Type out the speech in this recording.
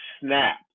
snap